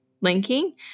linking